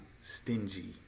stingy